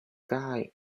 guy